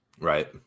Right